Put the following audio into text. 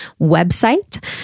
website